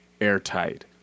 airtight